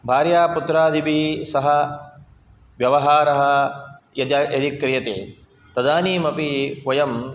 भार्यापुत्रादिभिः सह व्यवहारः यजा यदि क्रियते तदानीमपि वयं